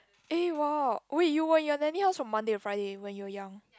eh !wow! wait you were at your nanny house from Monday to Friday when you were young